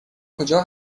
کجا